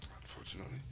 unfortunately